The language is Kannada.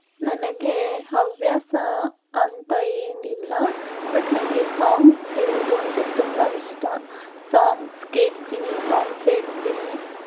ನನಗೆ ಹವ್ಯಾಸ ಅಂತ ಏನಿಲ್ಲ ಬಟ್ ನನಗೆ ಸಾಂಗ್ಸ್ ಹೇಳೋದು ಅಂದರೆ ತುಂಬ ಇಷ್ಟ ಸಾಂಗ್ಸ್ ಕೇಳ್ತೀನಿ ಸಾಂಗ್ಸ್ ಹೇಳ್ತೀನಿ